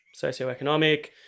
socioeconomic